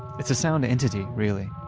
it's a sound entity, really.